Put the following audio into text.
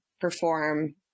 perform